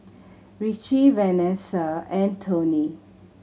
Ricci Venessa and Tony